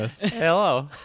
Hello